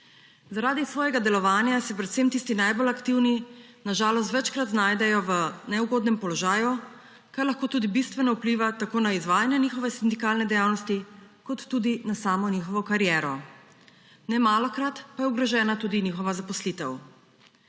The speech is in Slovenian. Zaradi svojega delovanja se predvsem tisti najbolj aktivni na žalost večkrat znajdejo v neugodnem položaju, kar lahko tudi bistveno vpliva tako na izvajanje njihove sindikalne dejavnosti kot tudi na samo njihovo kariero. Nemalokrat pa je ogrožena tudi njihova zaposlitev.